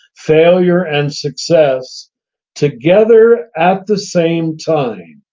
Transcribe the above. failure and success together at the same time,